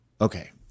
okay